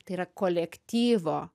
tai yra kolektyvo